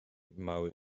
mały